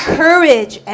courage